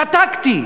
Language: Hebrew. שתקתי,